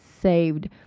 saved